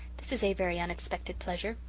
this is a very unexpected pleasure.